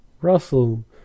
Russell